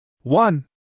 One